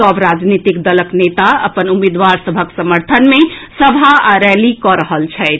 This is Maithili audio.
सभ राजनीतिक दलक नेता अपन उम्मीदवार सभक समर्थन मे सभा आ रैली कऽ रहल छथि